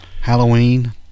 halloween